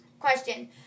question